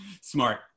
Smart